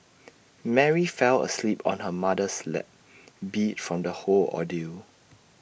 Mary fell asleep on her mother's lap beat from the whole ordeal